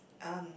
um